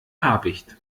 habicht